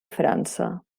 frança